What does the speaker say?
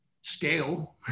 scale